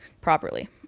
properly